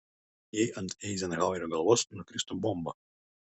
jei ant eizenhauerio galvos nukristų bomba